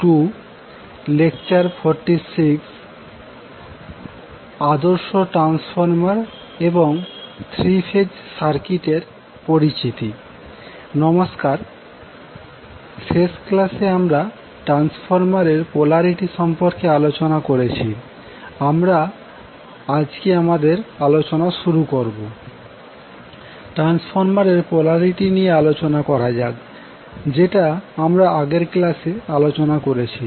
transformer এর polarity নিয়ে আলোচনা করা যাক যেটা আমরা আগের ক্লাসে আলোচনা করেছি